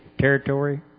territory